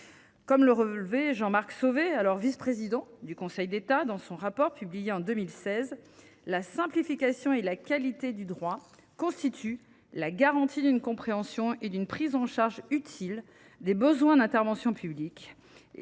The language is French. Comme le relevait Jean Marc Sauvé, alors vice président du Conseil d’État, dans son rapport publié en 2016, la simplification et la qualité du droit constituent « la garantie d’une compréhension et d’une prise en charge utile des besoins d’intervention publique